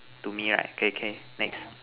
to me right okay okay next